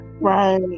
right